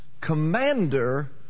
commander